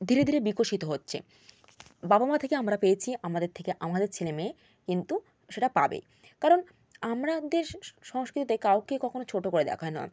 ধীরে ধীরে বিকশিত হচ্ছে বাবা মা থেকে আমরা পেয়েছি আমাদের থেকে আমাদের ছেলেমেয়ে কিন্তু সেটা পাবে কারণ আমরা আমাদের সংস্কৃতিতে কাউকে কখনও ছোট করে দেখা হয় না